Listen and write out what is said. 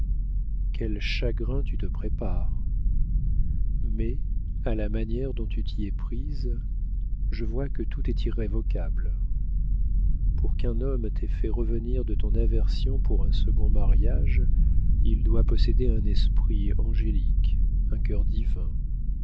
quels chagrins tu te prépares mais à la manière dont tu t'y es prise je vois que tout est irrévocable pour qu'un homme t'ait fait revenir de ton aversion pour un second mariage il doit posséder un esprit angélique un cœur divin